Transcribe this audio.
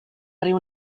riu